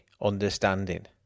understanding